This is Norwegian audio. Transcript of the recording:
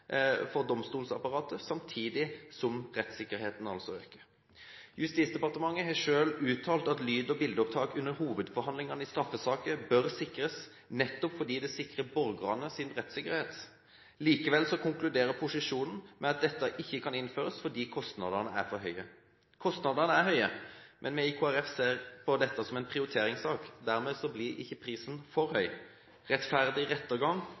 for domstolsapparatet, samtidig som rettssikkerheten altså øker. Justisdepartementet har selv uttalt at lyd- og bildeopptak under hovedforhandlingene i straffesaker bør sikres, nettopp fordi det sikrer borgernes rettssikkerhet. Likevel konkluderer posisjonen med at dette ikke kan innføres fordi kostnadene er for høye. Kostnadene er høye, men vi i Kristelig Folkeparti ser på dette som en prioriteringssak. Dermed blir ikke prisen for høy. Rettferdig rettergang,